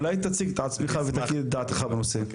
אולי תציג את עצמך ותגיד את דעתך בנושא.